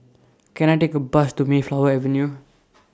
Can I Take A Bus to Mayflower Avenue